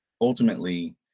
ultimately